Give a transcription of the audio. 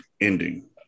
ending